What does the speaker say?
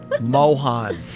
Mohan